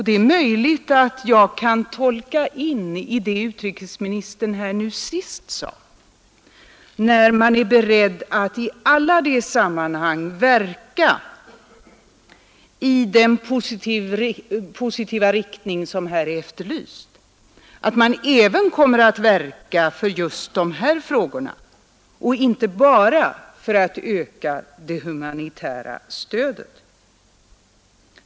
Det är möjligt att jag i det som utrikesministern här nu sist sade, att man är beredd att i alla sammanhang verka i den positiva riktning som här är efterlyst, kan tolka in att man även kommer att verka för en lösning av dessa frågor och inte bara för att öka det humanitära stödet.